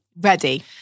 Ready